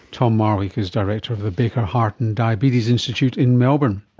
tom marwick is director of the baker heart and diabetes institute in melbourne.